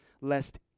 lest